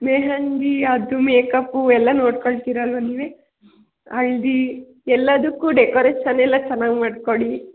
ಮೆಹೆಂದಿ ಅದು ಮೇಕಪು ಎಲ್ಲ ನೋಡಿಕೊಳ್ತೀರಲ್ವಾ ನೀವೇ ಹಳದಿ ಎಲ್ಲದಕ್ಕೂ ಡೆಕೋರೇಷನ್ ಎಲ್ಲ ಚೆನ್ನಾಗಿ ಮಾಡಿಕೊಡಿ